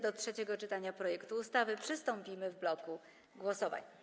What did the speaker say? Do trzeciego czytania projektu ustawy przystąpimy w bloku głosowań.